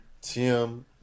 Tim